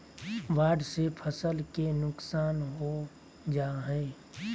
बाढ़ से फसल के नुकसान हो जा हइ